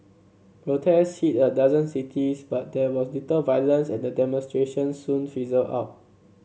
protest hit a dozen cities but there was little violence and the demonstrations soon fizzled out